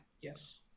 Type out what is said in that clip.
Yes